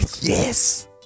yes